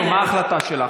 לסיום, מה ההחלטה שלך?